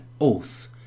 oath